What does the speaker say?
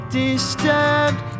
disturbed